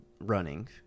running